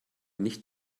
nicht